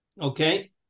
Okay